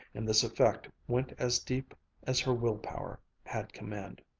and this effect went as deep as her will-power had command.